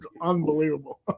Unbelievable